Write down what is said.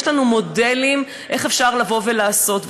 יש לנו מודלים איך אפשר לבוא ולעשות,